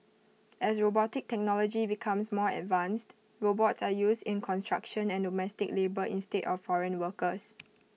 as robotic technology becomes more advanced robots are used in construction and domestic labour instead of foreign workers